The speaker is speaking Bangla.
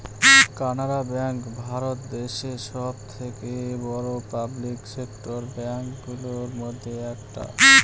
কানাড়া ব্যাঙ্ক ভারত দেশে সব থেকে বড়ো পাবলিক সেক্টর ব্যাঙ্ক গুলোর মধ্যে একটা